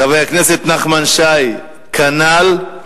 חבר הכנסת נחמן שי, כנ"ל,